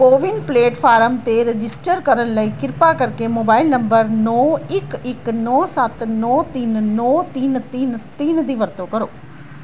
CoWIN platform 'ਤੇ register ਕਰਨ ਲਈ ਕਿਰਪਾ ਕਰਕੇ ਮੋਬਾਈਲ ਨੰਬਰ ਨੌਂ ਇੱਕ ਇੱਕ ਨੌਂ ਸੱਤ ਨੌਂ ਤਿੰਨ ਨੌਂ ਤਿੰਨ ਤਿੰਨ ਤਿੰਨ ਦੀ ਵਰਤੋਂ ਕਰੋ